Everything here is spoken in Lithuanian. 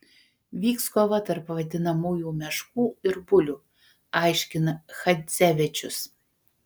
vyks kova tarp vadinamųjų meškų ir bulių aiškina chadzevičius